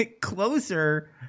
closer